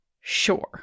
Sure